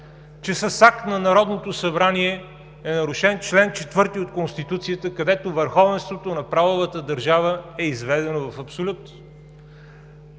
че с акт на Народното събрание е нарушен чл. 4 от Конституцията, където върховенството на правовата държава е изведено в абсолют.